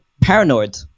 paranoid